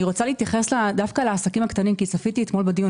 אני רוצה להתייחס דווקא לעסקים הקטנים כי צפיתי אתמול בדיון,